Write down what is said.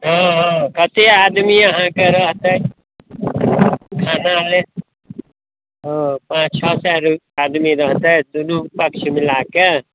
हँ हँ कतेक आदमी अहाँके रहतथि ओऽ पाँच छओ सए रह आदमी रहतथि दुन्नू पक्ष मिलाके